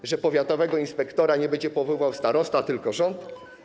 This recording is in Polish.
To, że powiatowego inspektora nie będzie powoływał starosta, tylko rząd?